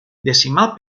decimal